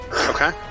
okay